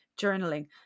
journaling